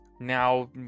now